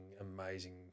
amazing